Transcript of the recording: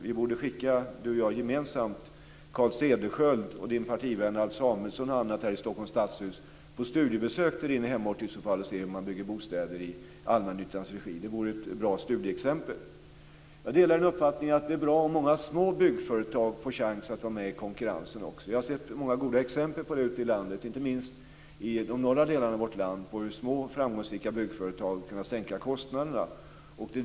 Vi båda borde gemensamt skicka Carl Cederschiöld och även Ulla-Britt Hagströms partivän Alf Hagströms hemort för att se hur man bygger bostäder i allmännyttans regi. Det vore ett bra studieexempel. Jag delar uppfattningen att det är bra om många små byggföretag får en chans att vara med i konkurrensen. Jag har sett många goda exempel, inte minst i de norra delarna av vårt land, på hur små framgångsrika byggföretag har kunnat sänka kostnaderna.